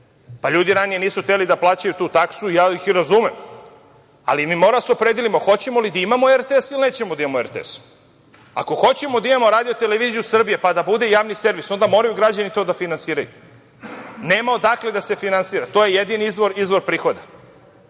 pa, ljudi ranije nisu hteli da plaćaju tu taksu. Razumem ih. Moramo da se opredelimo hoćemo li da imamo RTS, ili nećemo da imamo RTS. Ako hoćemo da imamo RTS pa da bude javni servis, onda moraju građani to da finansiraju, nema odakle da se finansira, to je jedini izvor prihoda,